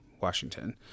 Washington